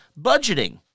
budgeting